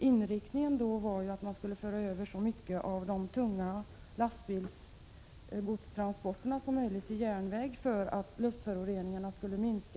Inriktningen var ju då att man skulle föra över så mycket som möjligt av de tunga godstransporterna per lastbil till järnväg för att luftföroreningarna skulle minska.